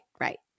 right